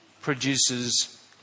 produces